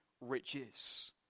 riches